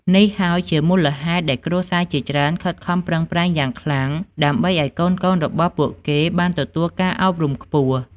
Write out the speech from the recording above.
នេះហើយជាមូលហេតុដែលគ្រួសារជាច្រើនខិតខំប្រឹងប្រែងយ៉ាងខ្លាំង ដើម្បីឱ្យកូនៗរបស់ពួកគេបានទទួលការអប់រំខ្ពស់។